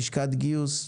לשכת גיוס,